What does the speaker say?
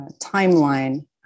timeline